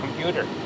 computer